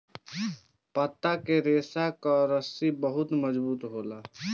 पत्ता के रेशा कअ रस्सी बहुते मजबूत होला